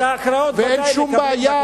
את ההכרעות ודאי מקבלים בכנסת.